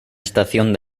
estación